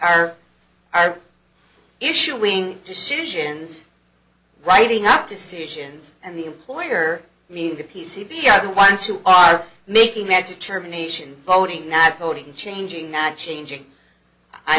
are are issuing decisions writing out decisions and the employer i mean the p c b are the ones who are making that determination voting not voting changing not changing i